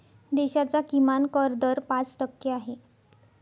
देशाचा किमान कर दर पाच टक्के आहे